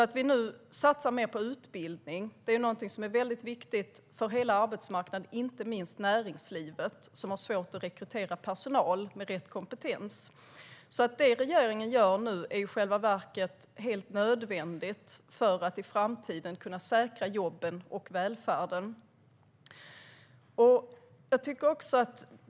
Att vi nu satsar mer på utbildning är väldigt viktigt för hela arbetsmarknaden, inte minst näringslivet, som har svårt att rekrytera personal med rätt kompetens. Det regeringen gör nu är i själva verket helt nödvändigt för att i framtiden kunna säkra jobben och välfärden.